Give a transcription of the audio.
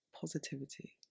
Positivity